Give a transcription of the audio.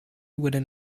within